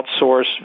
outsource